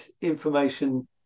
information